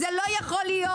זה לא יכול להיות.